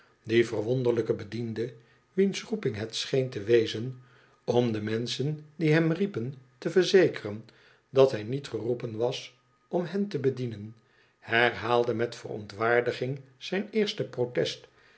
die verwonderlijke bediende wiens roeping het scheen te wezen om de menschen die hem riepen te verzekeren dat hij niet geroepen was om hen te bedienen herhaalde met verontwaardiging zijn eerste protest